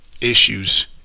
issues